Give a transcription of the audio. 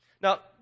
Now